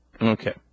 Okay